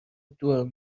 دور